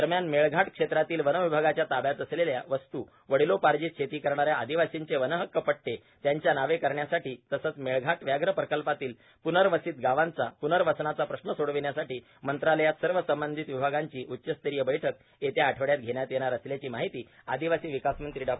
दरम्यान मेळघाट क्षेत्रातील वनविभागाच्या ताब्यात असलेल्या परंतू वडिलोपार्जित शेती करणाऱ्या आदिवासींचे वनहक्क पट्टे त्यांच्या नावे करण्यासाठी तसेच मेळघाट व्याघ्र प्रकल्पातील प्नर्वसित गावांचा प्नवर्सनाचा प्रश्न सोडविण्यासाठी मंत्रालयात सर्व संबंधित विभागांची उच्चस्तरीय बैठक येत्या आठवड्यात घेण्यात येणार असल्याची माहिती आदिवासी विकास मंत्री डॉ